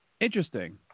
Interesting